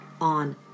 on